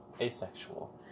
asexual